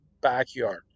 backyard